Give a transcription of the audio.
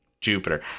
Jupiter